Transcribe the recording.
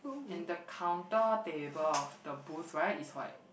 and the counter table of the booth right is white